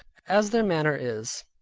as their manner is.